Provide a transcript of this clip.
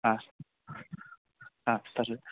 हा हा तर्हि